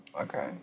okay